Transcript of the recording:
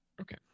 Okay